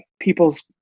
people's